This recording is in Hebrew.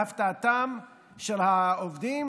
להפתעתם של העובדים,